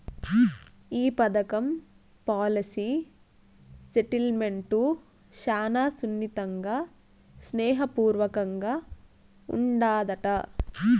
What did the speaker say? ఈ పదకం policy settlement శానా సున్నితంగా, స్నేహ పూర్వకంగా ఉండాదట